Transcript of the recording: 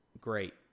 great